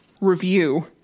review